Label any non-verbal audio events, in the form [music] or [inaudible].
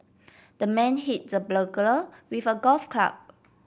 the man hit the [unintelligible] with a golf club